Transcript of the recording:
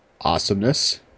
Awesomeness